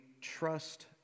trust